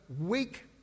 weak